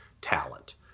talent